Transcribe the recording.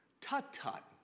Tut-tut